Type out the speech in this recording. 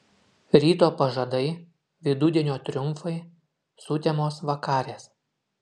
ryto pažadai vidudienio triumfai sutemos vakarės